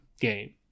game